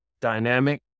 dynamic